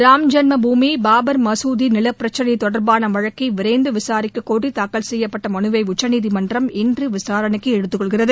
ராமஜென்ம பூமி பாபர் மசூதி நில பிரச்னை தொடர்பான வழக்கை விரைந்து விசாரிக்கக்கோரி தாக்கல் செய்யப்பட்ட மனுவை உச்சநீதிமன்றம் இன்று விசாரணைக்கு எடுத்துக்கொள்கிறது